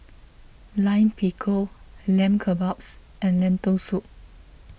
Lime Pickle Lamb Kebabs and Lentil Soup